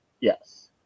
Yes